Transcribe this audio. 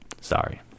sorry